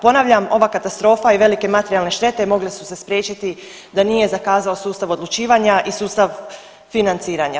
Ponavljam, ova katastrofa i velike materijalne štete mogle su se spriječiti da nije zakazao sustav odlučivanja i sustav financiranja.